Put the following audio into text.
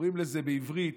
קוראים לזה בעברית,